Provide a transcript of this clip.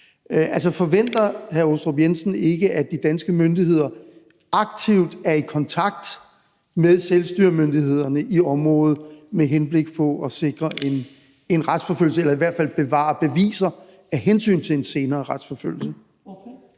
Altså, forventer hr. Michael Aastrup Jensen ikke, at de danske myndigheder aktivt er i kontakt med selvstyremyndighederne i området med henblik på at sikre en retsforfølgelse eller i hvert fald bevare beviser af hensyn til en senere retsforfølgelse?